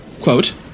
Quote